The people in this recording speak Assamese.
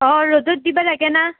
অঁ ৰ'দত দিবা লাগে না